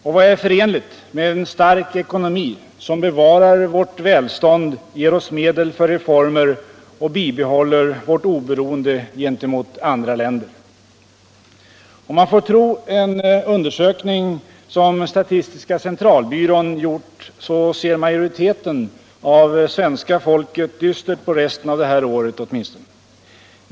Och vad är förenligt med en stark ekonomi, som bevarar vårt välstånd, ger oss medel för reformer och bibehåller vårt oberoende gentemot andra länder? Om man får tro en undersökning som statistiska centralbyrån gjort ser majoriteten av svenska folket dystert på resten av det här året åtminstone.